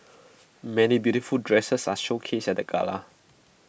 many beautiful dresses are showcased at the gala